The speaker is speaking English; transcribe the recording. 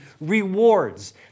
rewards